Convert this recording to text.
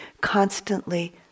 constantly